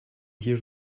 here